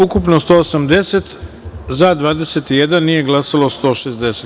Ukupno – 180, za – 21, nije glasalo – 160.